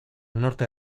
norte